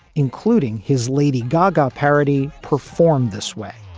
including his lady gaga parody performed this way